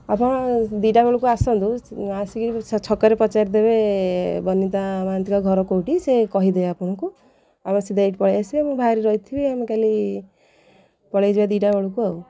ଆପଣ ଦୁଇଟା ବେଳକୁ ଆସନ୍ତୁ ଆସିକି ସେ ଛକରେ ପଚାରିଦେବେ ବନିତା ମହାନ୍ତିଙ୍କ ଘର କେଉଁଠି ସେ କହିଦେବେ ଆପଣଙ୍କୁ ଆମ ସିଧା ଏଇଠି ପଳାଇଆସିବେ ମୁଁ ବାହାରି ରହିଥିବି ଆମେ କାଲି ପଳାଇଯିବା ଦୁଇଟା ବେଳକୁ ଆଉ